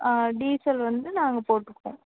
ஆ diesel வந்து நாங்கள் போட்டுக்குவோம்